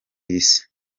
isi